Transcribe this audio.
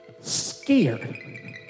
scared